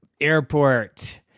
airport